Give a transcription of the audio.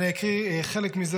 אני אקרא חלק מזה,